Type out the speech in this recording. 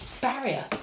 barrier